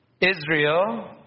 Israel